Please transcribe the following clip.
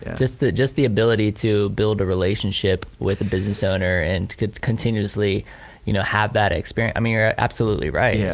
and just the just the ability to build a relationship with the business owner and continuously you know have that experience. i mean you are absolutely right. yeah